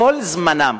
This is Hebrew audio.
כל זמנם,